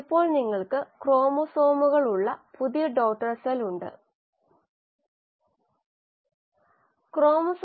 അതിനാൽ സബ്സ്ട്രേറ്റ് കോശങ്ങളുടെ മെയിൻറ്റെനൻസ് ആയി പോകുന്നു ഇത് തൃപ്തികരമാകുമ്പോൾ അത് കോശങ്ങൾ വർധിക്കുന്നതിനായി ഉപയോഗിക്കുന്നു